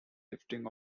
rifting